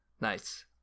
Nice